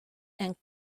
and